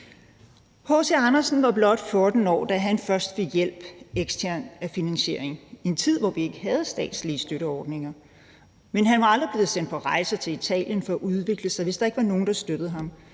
H. C. Andersen var blot 14 år, da han først fik ekstern hjælp i form af finansiering, i en tid hvor vi ikke havde statslige støtteordninger. Men han var aldrig blevet sendt på rejse til Italien for at udvikle sig, hvis der ikke var nogen, der støttede ham,